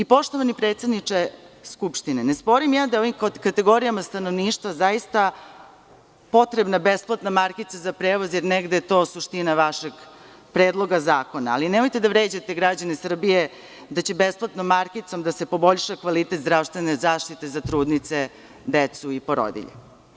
Poštovani predsedniče Skupštine, ne sporim ja da je ovim kategorijama stanovništva zaista potrebna besplatna markica za prevoz, jer negde je to suština vašeg Predloga zakona, ali nemojte da vređate građane Srbije da će besplatnom markicom da se poboljša kvalitet zdravstvene zaštite za trudnice, decu i porodilje.